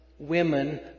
Women